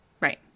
Right